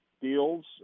deals